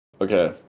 Okay